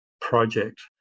Project